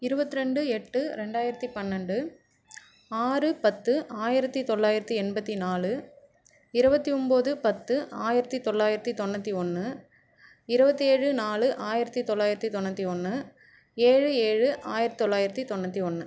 இருபத்தி ரெண்டு எட்டு ரெண்டாயிரத்தி பன்னெண்டு ஆறு பத்து ஆயிரத்தி தொள்ளாயிரத்தி எண்பத்தி நாலு இருபத்தி ஒன்போது பத்து ஆயிரத்தி தொள்ளாயிரத்தி தொண்ணூற்றி ஒன்று இருபத்தி ஏழு நாலு ஆயிரத்தி தொள்ளாயிரத்தி தொண்ணூற்றி ஒன்று ஏழு ஏழு ஆயிரத்தி தொள்ளாயிரத்தி தொண்ணூற்றி ஒன்று